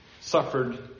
suffered